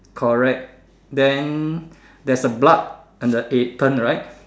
correct then there's a blood on the apron right